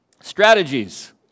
strategies